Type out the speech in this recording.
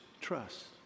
trust